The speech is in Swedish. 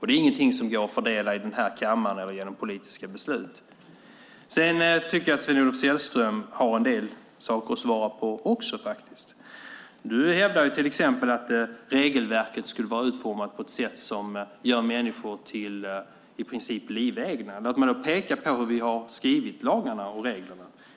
Det är inte något som går att fördela här i kammaren eller genom politiska beslut. Jag tycker att Sven-Olof Sällström också har en del frågor att svara på. Du hävdar till exempel att regelverket är utformat på ett sätt som gör människor till livegna. Låt mig peka på hur vi har skrivit lagarna och reglerna.